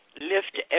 lift